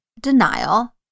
denial